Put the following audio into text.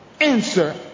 answer